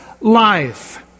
life